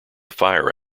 fire